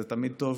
זה תמיד טוב.